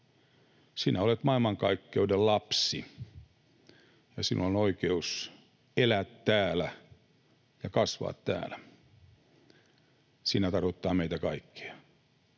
sinä olet maailmankaikkeuden lapsi, ja sinulla on oikeus elää täällä ja kasvaa täällä. ”Sinä” tarkoittaa meitä kaikkia.